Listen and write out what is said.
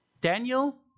Daniel